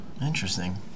Interesting